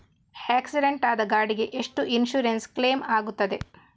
Accident ಆದ ಗಾಡಿಗೆ ಎಷ್ಟು ಇನ್ಸೂರೆನ್ಸ್ ಕ್ಲೇಮ್ ಆಗ್ತದೆ?